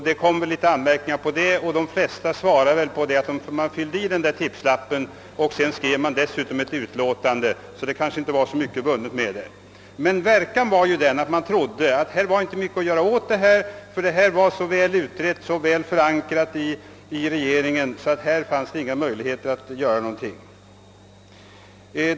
Det framställdes en del anmärkningar mot den. De flesta svarade väl med att fylla i tipslappen och dessutom skriva ett utlåtande. Det kanske därför inte var så mycket vunnet med detta remissförfarande. Verkan var emellertid att man trodde att det inte var mycket att göra åt saken, därför att frågan var så väl utredd och resultatet så väl förankrat hos regeringen att det inte fanns några möjligheter att påverka lösningen av frågan.